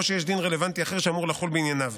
או שיש דין רלוונטי אחר שאמור לחול בעניינם.